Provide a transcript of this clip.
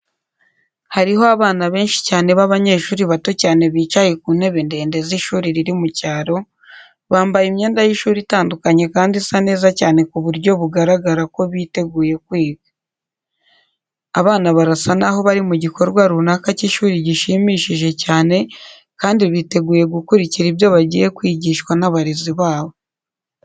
Hariho abana benshi cyane b'abanyeshuri bato cyane bicaye ku ntebe ndende z'ishuri riri mu cyaro, bambaye imyenda y'ishuri itandukanye kandi isa neza cyane ku buryo bugaragara ko biteguye kwiga. Abana barasa n'aho bari mu gikorwa runaka cy'ishuri gishimishije cyane kandi biteguye gukurikira ibyo bagiye kwigishwa n'abarezi babo.